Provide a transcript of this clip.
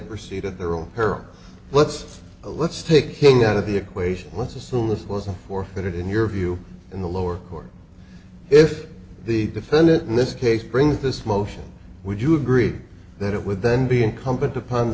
proceed at their own peril let's let's take him out of the equation let's assume this was forfeited in your view in the lower court if the defendant in this case brings this motion would you agree that it would then be incumbent upon the